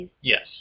Yes